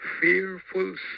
fearful